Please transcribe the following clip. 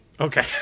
Okay